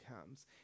comes